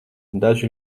daži